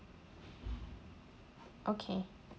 okay